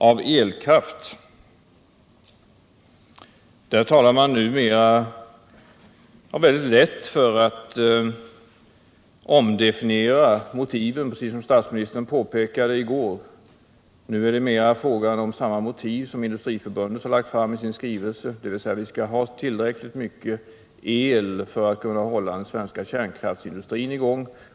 Där har man numera, som statsministern i går påpekade, väldigt lätt för att omdefiniera motiven. Nu är motiven desamma som de Industriförbundet presenterat i sin skrivelse, dvs. vi skall ha tillräckligt mycket el för att kunna hålla den svenska kärnkraftsindustrin i gång.